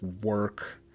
work